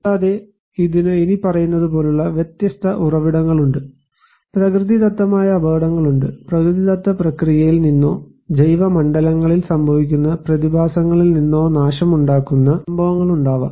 കൂടാതെ ഇതിന് ഇനിപറയുന്നതുപോലുള്ള വ്യത്യസ്ത ഉറവിടങ്ങളുണ്ട് പ്രകൃതിദത്തമായ അപകടങ്ങളുണ്ട് പ്രകൃതിദത്ത പ്രക്രിയയിൽ നിന്നോ ജൈവമണ്ഡലത്തിൽ സംഭവിക്കുന്ന പ്രതിഭാസങ്ങളിൽ നിന്നോ നാശമുണ്ടാക്കുന്ന സംഭവങ്ങളുണ്ടാകാം